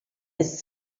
ist